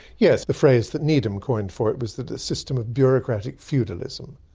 yes. the phrase that needham coined for it was the system of bureaucratic feudalism,